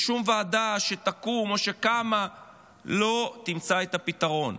שום ועדה שתקום או שקמה לא תמצא את הפתרון.